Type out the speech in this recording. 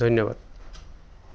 ধন্যবাদ